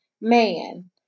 man